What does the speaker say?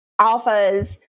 alphas